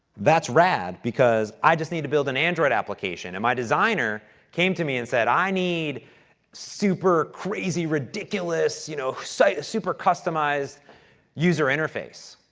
that's rad, because i just need to build about and android application and my designer came to me and said, i need super crazy ridiculous, you know, so super customized user interface.